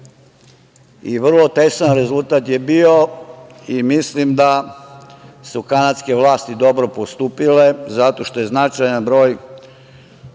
i vrlo tesan rezultat je bio. Mislim da su kanadske vlasti dobro postupile, zato što je značajan broj